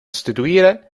sostituire